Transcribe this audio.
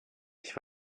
ich